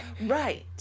Right